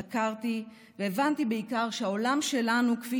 חקרתי והבנתי בעיקר שהעולם שלנו כפי